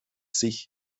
sich